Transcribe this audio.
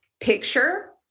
picture